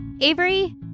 Avery